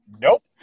Nope